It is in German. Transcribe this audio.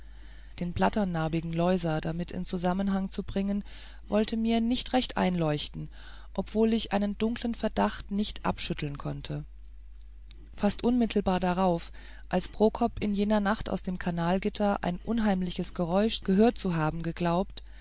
den blatternarbigen loisa damit in zusammenhang zu bringen wollte mir nicht recht einleuchten obwohl ich einen dunklen verdacht nicht abschütteln konnte fast unmittelbar darauf als prokop in jener nacht aus dem kanalgitter ein unheimliches geräusch gehört zu haben geglaubt